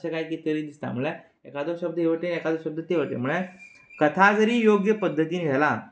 अशें काय कीत तरी दिसता म्हणल्यार एकादो शब्द हे वटेन एकादो शब्द ते वटेन म्हणल्यार कथा जरी योग्य पद्दतीन